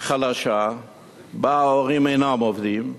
חלשה שבה ההורים אינם עובדים,